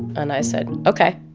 and i said, ok.